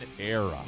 era